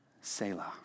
Selah